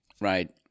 right